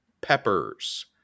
peppers